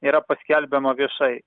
yra paskelbiama viešai